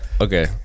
okay